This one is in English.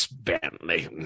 Bentley